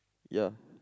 ya